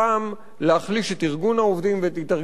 להחליש את ארגון העובדים ואת התארגנות העובדים.